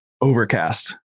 overcast